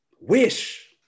Wish